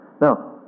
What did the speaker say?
Now